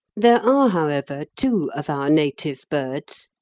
there are, however, two of our native birds,